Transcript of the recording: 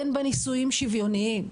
אין בה נישואים שוויוניים,